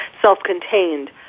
self-contained